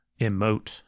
emote